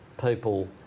people